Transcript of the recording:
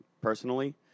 personally